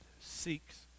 seeks